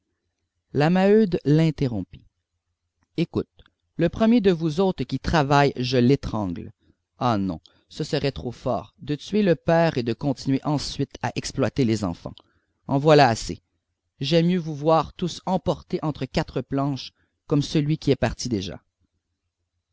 la maheude l'interrompit écoute le premier de vous autres qui travaille je l'étrangle ah non ce serait trop fort de tuer le père et de continuer ensuite à exploiter les enfants en voilà assez j'aime mieux vous voir tous emporter entre quatre planches comme celui qui est parti déjà